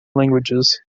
languages